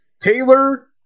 Taylor